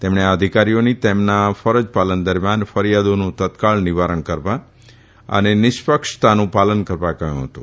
તેમણે આ અધિકારીઓની તેમના ફરજ પાલન દરમિયાન ફરીયાદોનું તત્કાળ નિવારણ કરવા અને નિસ્પક્ષતાનું પાલન કરવા કહયું હતું